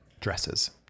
Dresses